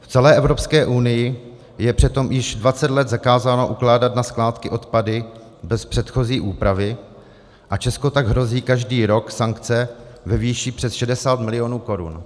V celé Evropské unii je přitom již dvacet let zakázáno ukládat na skládky odpady bez předchozí úpravy, a Česku tak hrozí každý rok sankce ve výši přes 60 milionů korun.